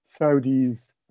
Saudis